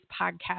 podcast